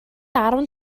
арван